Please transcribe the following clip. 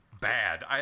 bad